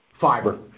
Fiber